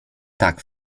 tak